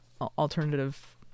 alternative